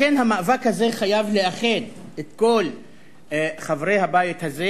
לכן המאבק הזה חייב לאחד את כל חברי הבית הזה